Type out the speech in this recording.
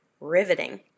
Riveting